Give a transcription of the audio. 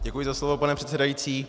Děkuji za slovo, pane předsedající.